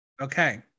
Okay